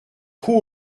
trou